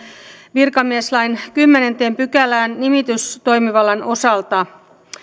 virkamieslain kymmenenteen pykälään nimitystoimivallan osalta